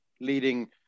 leading